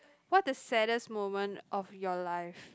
what's the saddest moment of your life